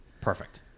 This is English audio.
Perfect